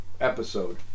episode